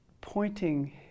pointing